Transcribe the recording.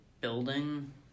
building